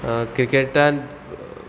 क्रिकेटान